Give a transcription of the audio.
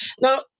Now